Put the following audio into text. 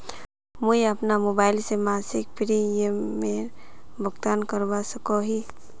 मुई अपना मोबाईल से मासिक प्रीमियमेर भुगतान करवा सकोहो ही?